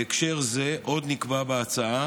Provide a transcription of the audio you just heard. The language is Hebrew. בהקשר זה נקבע עוד בהצעה